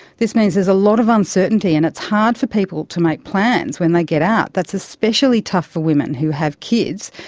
this means there's a lot of uncertainty and it's hard for people to make plans when they get out. that's especially tough for women who have kids,